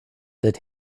that